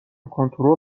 کنترل